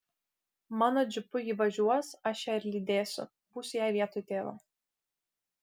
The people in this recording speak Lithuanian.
mano džipu ji važiuos aš ją ir lydėsiu būsiu jai vietoj tėvo